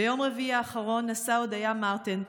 ביום רביעי האחרון נסעה הודיה מרטין,